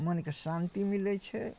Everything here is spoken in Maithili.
मोनके शान्ति मिलै छै